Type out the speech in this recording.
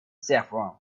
saffron